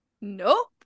Nope